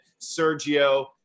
Sergio